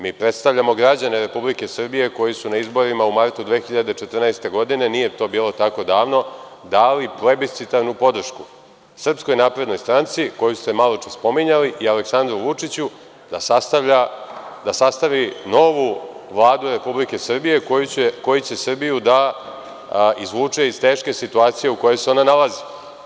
Mi predstavljamo građane Republike Srbije koji su na izborima u martu 2014. godine, nije to bilo tako davno, dali plebiscitarnu podršku SNS koju ste maločas spominjali i Aleksandru Vučiću da sastavi novu Vladu Republike Srbije koja će Srbiju da izvuče iz teške situacije u kojoj se ona nalazi.